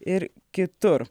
ir kitur